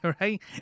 right